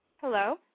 Hello